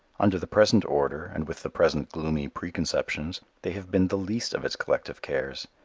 under the present order and with the present gloomy preconceptions they have been the least of its collective cares.